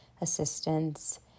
assistance